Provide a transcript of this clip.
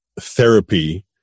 therapy